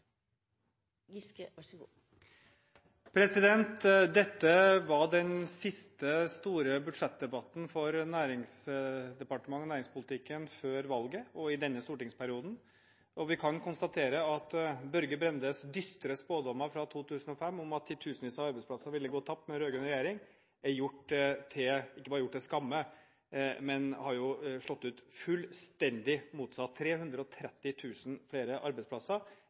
Dette var den siste store budsjettdebatten når det gjelder Næringsdepartementet og næringspolitikken før valget og i denne stortingsperioden. Vi kan konstatere at Børge Brendes dystre spådommer fra 2005 om at titusenvis av arbeidsplasser ville gå tapt med en rød-grønn regjering, ikke bare er gjort til skamme, men har slått fullstendig motsatt ut, med 330 000 flere arbeidsplasser